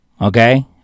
Okay